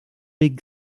big